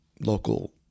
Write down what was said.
local